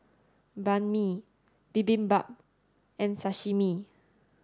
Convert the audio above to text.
Banh Mi Bibimbap and Sashimi